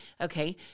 Okay